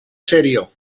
serio